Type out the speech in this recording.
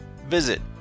Visit